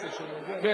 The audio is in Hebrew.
מבין,